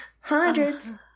hundreds